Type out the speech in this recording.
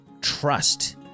trust